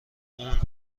اون